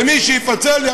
ומי שיפצל,